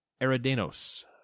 Eridanos